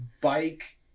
bike